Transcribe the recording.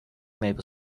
maple